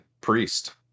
priest